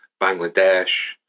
Bangladesh